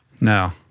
No